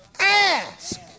Ask